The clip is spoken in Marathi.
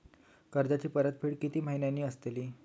कर्जाची परतफेड कीती महिन्याची असतली?